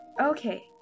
okay